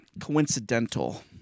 coincidental